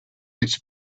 its